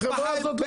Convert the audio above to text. החברה הזאת לא קשורה.